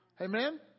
Amen